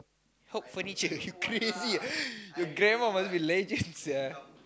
hoard furniture you crazy your grandma must be legend sia